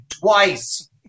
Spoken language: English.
twice